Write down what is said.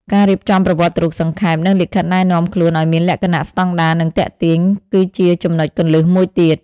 ការរៀបចំប្រវត្តិរូបសង្ខេប និងលិខិតណែនាំខ្លួនឲ្យមានលក្ខណៈស្តង់ដារ និងទាក់ទាញ គឺជាចំណុចគន្លឹះមួយទៀត។